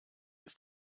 ist